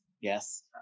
Yes